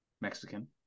Mexican